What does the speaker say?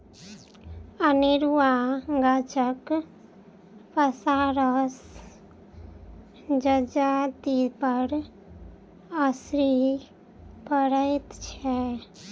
अनेरूआ गाछक पसारसँ जजातिपर असरि पड़ैत छै